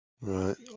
right